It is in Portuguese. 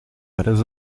horas